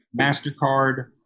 MasterCard